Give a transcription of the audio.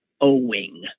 Owing